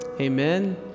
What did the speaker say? Amen